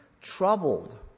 troubled